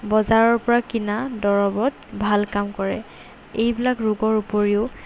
বজাৰৰপৰা কিনা দৰৱত ভাল কাম কৰে এইবিলাক ৰোগৰ উপৰিও